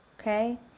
okay